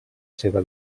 seva